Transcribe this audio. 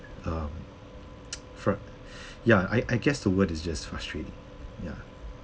um fru~ ya I I guess the word is just frustrating ya